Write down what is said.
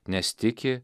nes tiki